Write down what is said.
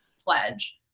pledge